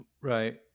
Right